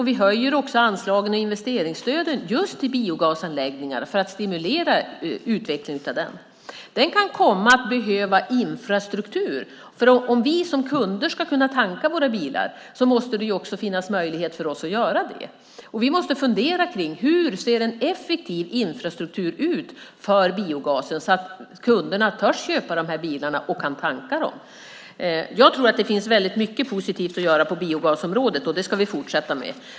Vi höjer anslagen och investeringsstöden till biogasanläggningar för att stimulera utvecklingen av den. Den kan komma att behöva infrastruktur. Det måste finnas möjlighet för kunderna att tanka sina bilar. Vi måste fundera över hur en effektiv infrastruktur ser ut för biogasen så att kunderna kan tanka de här bilarna och törs köpa dem. Jag tror att det finns mycket positivt att göra på biogasområdet. Det ska vi fortsätta med.